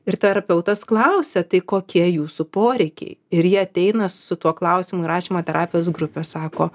ir terapeutas klausia tai kokie jūsų poreikiai ir ji ateina su tuo klausimu į rašymo terapijos grupę sako